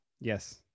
Yes